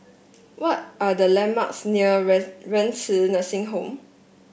what are the landmarks near Renci Nursing Home